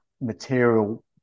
material